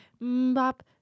Bop